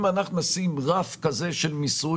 אם אנחנו נשים רף כזה של מיסוי,